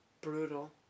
Brutal